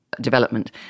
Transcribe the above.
development